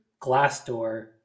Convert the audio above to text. Glassdoor